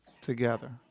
together